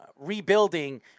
rebuilding